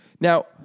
Now